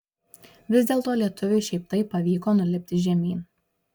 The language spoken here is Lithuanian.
vis dėlto lietuviui šiaip taip pavyko nulipti žemyn